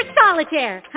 solitaire